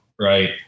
right